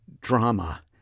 drama